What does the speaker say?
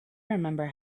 remember